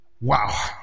Wow